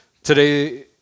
Today